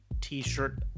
t-shirt